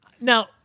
Now